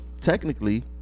technically